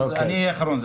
אני אהיה האחרון.